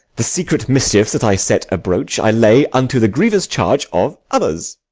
the secret mischiefs that i set abroach i lay unto the grievous charge of others.